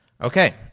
Okay